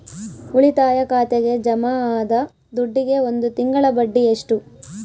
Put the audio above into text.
ಉಳಿತಾಯ ಖಾತೆಗೆ ಜಮಾ ಆದ ದುಡ್ಡಿಗೆ ಒಂದು ತಿಂಗಳ ಬಡ್ಡಿ ಎಷ್ಟು?